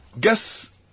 guess